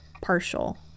partial